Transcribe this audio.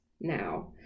now